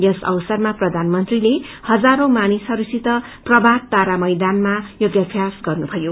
यस अवसरमा प्रधानमंत्रीले हजारौँ मानिसहरूसित प्रमात तारा मैदानमा योगाम्यास गर्नुभयो